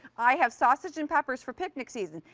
i have sausage and peppers for picnic season.